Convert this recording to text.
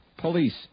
Police